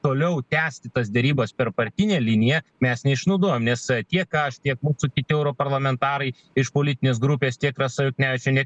toliau tęsti tas derybas per partinę liniją mes neišnaudojam nes tiek aš tiek mūsų europarlamentarai iš politinės grupės tiek rasa juknevičienė